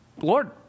Lord